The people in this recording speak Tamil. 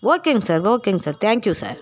ஓகேங் சார் ஓகேங் சார் தேங்க் யூ சார்